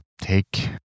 take